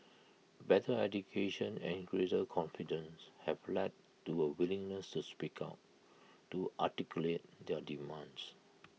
better education and greater confidence have led to A willingness to speak out to articulate their demands